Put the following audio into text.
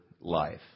life